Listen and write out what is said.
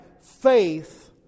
faith